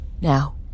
now